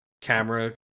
Camera